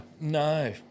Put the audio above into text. No